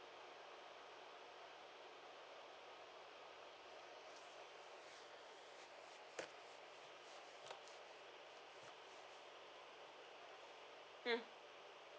hmm